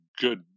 good